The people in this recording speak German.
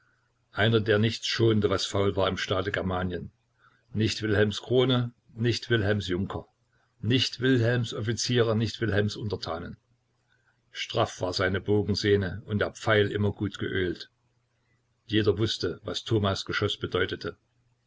einer der nichts schonte was faul war im staate germanien nicht wilhelms krone nicht wilhelms junker nicht wilhelms offiziere nicht wilhelms untertanen straff war seine bogensehne und der pfeil immer gut geölt jeder wußte was thomas geschoß bedeutete